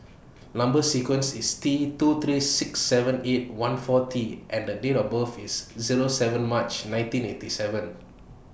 Number sequence IS T two three six seven eight one four T and Date of birth IS Zero seven March nineteen eighty seven